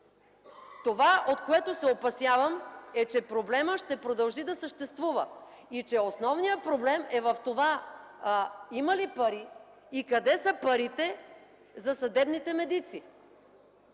Това, от което се опасявам, е, че проблемът ще продължи да съществува, и че основният проблем е в това: има ли пари и къде са парите за съдебните медици?